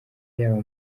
yaba